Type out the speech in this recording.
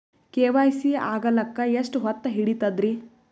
KYC ಆಗಲಕ್ಕ ಎಷ್ಟ ಹೊತ್ತ ಹಿಡತದ್ರಿ?